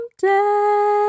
Someday